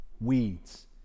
weeds